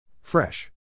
Fresh